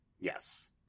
Yes